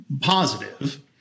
positive